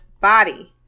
body